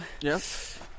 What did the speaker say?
Yes